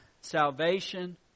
salvation